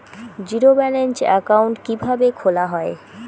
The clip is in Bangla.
জিরো ব্যালেন্স একাউন্ট কিভাবে খোলা হয়?